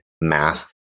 math